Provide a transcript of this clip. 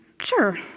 Sure